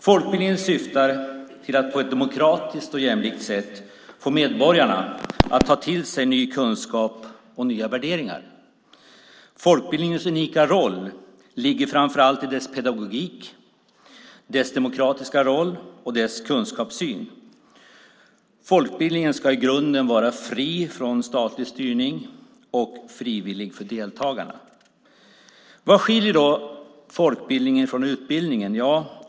Folkbildningen syftar till att på ett demokratiskt och jämlikt sätt få medborgarna att ta till sig ny kunskap och nya värderingar. Folkbildningens unika roll ligger framför allt i dess pedagogik, dess demokratiska roll och dess kunskapssyn. Folkbildningen ska i grunden vara fri från statlig styrning och frivillig för deltagarna. Vad skiljer då folkbildningen från utbildningen?